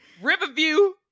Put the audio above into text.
Riverview